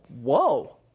whoa